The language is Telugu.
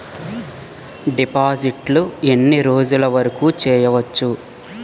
డిపాజిట్లు ఎన్ని రోజులు వరుకు చెయ్యవచ్చు?